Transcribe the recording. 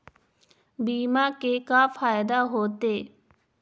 बीमा के का फायदा होते?